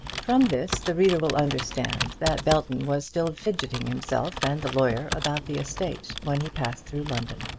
from this the reader will understand that belton was still fidgeting himself and the lawyer about the estate when he passed through london.